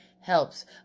helps